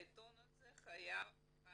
העיתון הזה חייב